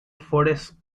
forest